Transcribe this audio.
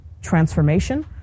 transformation